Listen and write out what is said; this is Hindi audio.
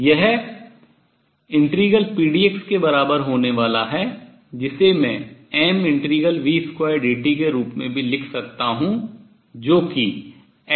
यह ∫pdx के बराबर होने वाला है जिसे मैं m∫v2dt के रूप में भी लिख सकता हूँ जो कि action क्रिया है